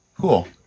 cool